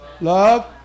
love